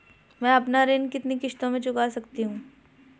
मैं अपना ऋण कितनी किश्तों में चुका सकती हूँ?